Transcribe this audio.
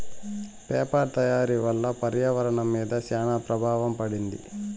paper తయారీ వల్ల పర్యావరణం మీద శ్యాన ప్రభావం పడింది